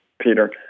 Peter